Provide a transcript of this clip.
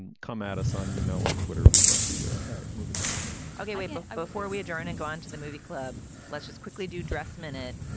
and come at us on email or twitter. we'd love to hear it. all right. moving on i'll get away before we adjourn and go on to the movie club. let's just quickly do dress minute,